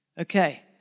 okay